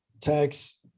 tax